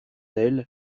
elle